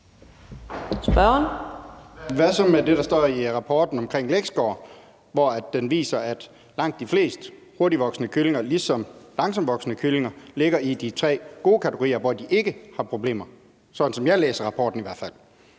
Hvad så med det, der står i rapporten, omkring gait score, hvor den viser, at langt de fleste hurtigtvoksende kyllinger ligesom langsomtvoksende kyllinger ligger i de tre gode kategorier, hvor de ikke har problemer? Sådan læser jeg i hvert fald